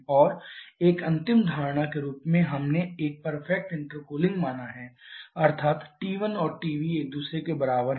और एक अंतिम धारणा के रूप में हमने एक परफेक्ट इंटरकूलिंग माना है अर्थात T1 और TB एक दूसरे के बराबर हैं